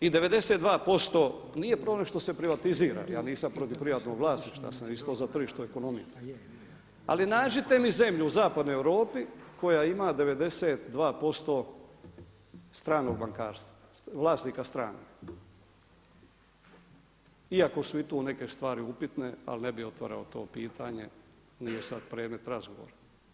I 92%, nije problem što se privatizira, ja nisam protiv privatnog vlasništva, ja sam isto za tržišnu ekonomiju ali nađite mi zemlju u zapadnoj Europi koja ima 92% stranog bankarstva, vlasnika stranih iako su i tu neke stvari upitne ali ne bih otvarao to pitanje nije sad predmet razgovora.